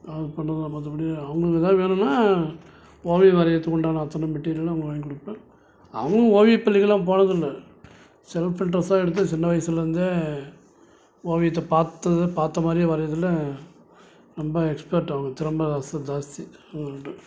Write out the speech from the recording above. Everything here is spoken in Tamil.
அது கொண்டதில் மற்றபடி அவங்களுக்கு எதா வேணுன்னா ஓவியம் வரையிறத்துக்கு உண்டான அத்தனை மெட்டீரியலும் அவங்களுக்கு வாங்கி கொடுப்பேன் அவங்க ஓவிய பள்ளிக்கு எல்லாம் போனதில்லை செல்ஃப் இன்ட்ரெஸ்ட்டாக எடுத்து சின்ன வயசுலேருந்தே ஓவியத்தை பாத்ததை பார்த்த மாதிரியே வரையிறதில் ரொம்ப எக்ஸ்பெர்ட் அவங்க திறமை அர்ஸத் அர்ஸி அவங்க ரெண்டு பேர்